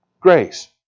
Grace